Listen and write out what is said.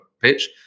pitch